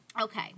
Okay